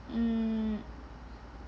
mm